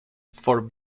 for